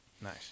Nice